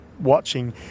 watching